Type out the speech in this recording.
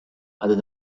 other